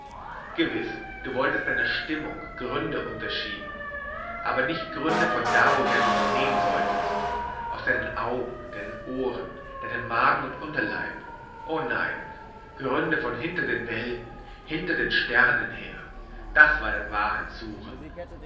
gewiß du wolltest deiner stimmung gründe unterschieben aber nicht gründe von da woher du sie nehmen solltest aus deinen augen deinen ohren deinem magen und unterleib o nein gründe von hinter den welten hinter den sternen her das war dein